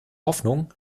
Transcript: hoffnung